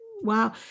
wow